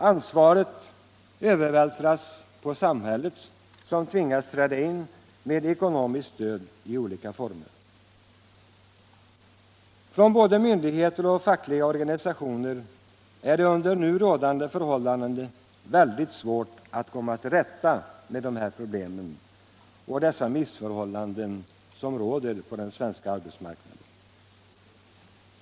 Ansvaret övervältras på samhället som tvingas träda in med ekonomiskt stöd i olika former. För både myndigheter och fackliga organisationer är det under nu rådande förhållanden väldigt svårt att komma till rätta med dessa problem och missförhållanden som råder på den svenska arbetsmarknaden.